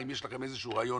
האם יש לכם איזה שהוא רעיון,